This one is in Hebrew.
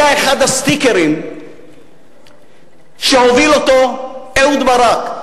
אחד הסטיקרים שהוביל אותו אהוד ברק,